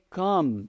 come